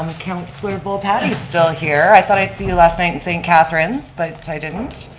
councilor volpatti is still here, i thought i'd seen her last night in st. catharines, but i didn't.